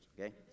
okay